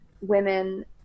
women